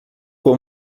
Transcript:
com